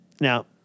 Now